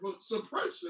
suppression